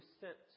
sent